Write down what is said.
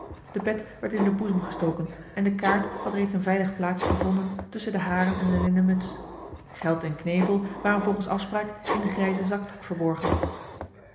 de pet werd in den boezem gestoken en de kaart had reeds een veilig plaatsje gevonden tusschen de haren en de linnen muts geld en knevel waren volgens afspraak in den grijzen zakdoek verborgen